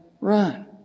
run